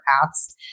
paths